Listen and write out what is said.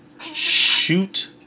shoot